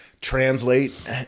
translate